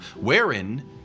wherein